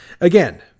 Again